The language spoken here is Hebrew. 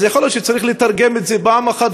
אז יכול להיות שצריך לתרגם את זה פעם אחת,